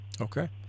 Okay